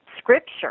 scripture